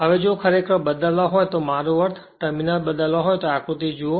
હવે જો ખરેખર બદલવા હોય મારો અર્થ ટર્મિનલ બદલાવા હોય તો આ આકૃતી જુઓ